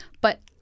But-